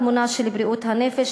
התמונה של בריאות הנפש,